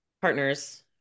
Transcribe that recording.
partners